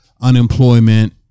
unemployment